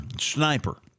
Sniper